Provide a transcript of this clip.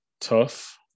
tough